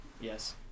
Yes